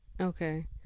okay